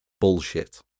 bullshit